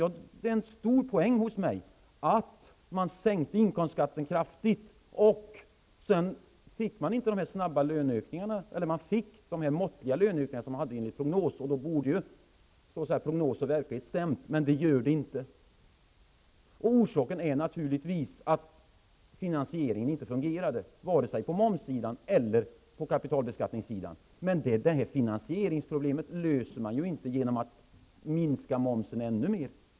Det är en stor poäng hos mig att man sänkte inkomstskatten kraftigt. Därefter fick man de måttliga löneökningar som man hade förutsett i sin budget prognos. Då borde prognos och verklighet stämma, men det gör de inte. Orsaken till det är naturligtvis att finansieringen inte fungerade vare sig på momssidan eller på kapitalbeskattningssidan. Detta finansieringsproblem löser man inte genom att minska momsen ännu mer.